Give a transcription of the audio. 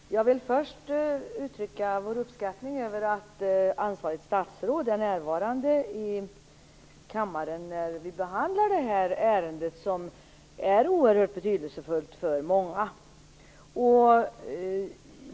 Fru talman! Jag vill först uttrycka vår uppskattning över att ansvarigt statsråd är närvarande i kammaren när vi behandlar detta ärende som är oerhört betydelsefullt för många.